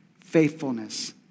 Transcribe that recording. faithfulness